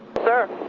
sir.